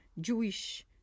Jewish